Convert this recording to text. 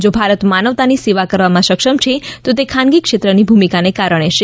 જો ભારત માનવતાની સેવા કરવામાં સક્ષમ છે તો તે ખાનગી ક્ષેત્રની ભૂમિકાને કારણે છે